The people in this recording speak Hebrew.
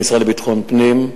המשרד לביטחון פנים,